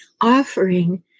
offering